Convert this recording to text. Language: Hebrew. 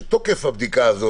שתוקף הבדיקה הזו